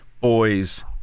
boys